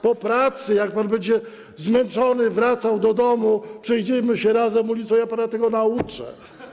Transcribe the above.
Po pracy, jak pan będzie zmęczony wracał do domu, przejedziemy się razem ulicą, ja pana tego nauczę.